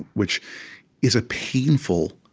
which is a painful,